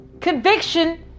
Conviction